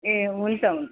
ए हुन्छ हुन्छ